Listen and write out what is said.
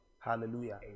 Hallelujah